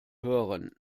hören